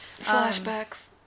Flashbacks